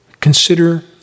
Consider